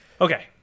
Okay